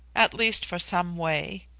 at least for some way.